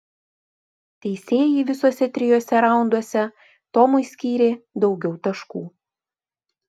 teisėjai visuose trijuose raunduose tomui skyrė daugiau taškų